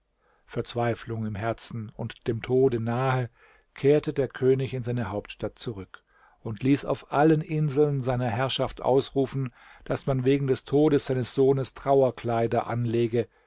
verzweiflung im herzen und dem tode nahe kehrte der könig in seine hauptstadt zurück und ließ auf allen inseln seiner herrschaft ausrufen daß man wegen des todes seines sohnes trauerkleider anlege